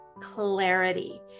clarity